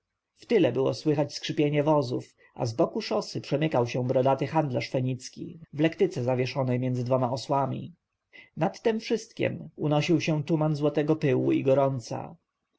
wtyle było słychać skrzypienie wozów a zboku szosy przemykał się brodaty handlarz fenicki w lektyce zawieszonej między dwoma osłami nad tem wszystkiem unosił się tuman złotego pyłu i gorąco